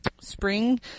spring